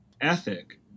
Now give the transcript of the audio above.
ethic